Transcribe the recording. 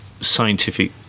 scientific